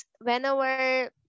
whenever